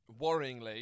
Worryingly